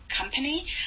company